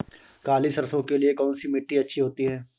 काली सरसो के लिए कौन सी मिट्टी अच्छी होती है?